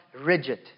rigid